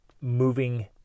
moving